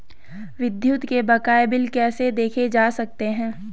विद्युत के बकाया बिल कैसे देखे जा सकते हैं?